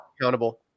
accountable